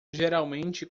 geralmente